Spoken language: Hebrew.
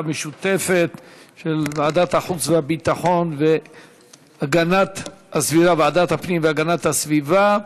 המשותפת של ועדת החוץ והביטחון וועדת הפנים והגנת הסביבה.